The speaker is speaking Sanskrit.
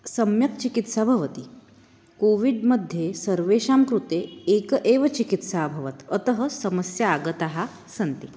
सम्यक् चिकित्सा भवति कोविड् मध्ये सर्वेषां कृते एका एव चिकित्सा अभवत् अतः समस्याः आगताः सन्ति